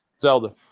zelda